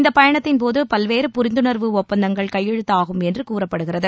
இந்த பயணத்தின்போது பல்வேறு புரிந்துணர்வு ஒப்பந்தங்கள் கையெழுத்தாகும் என்று கூறப்படுகிறது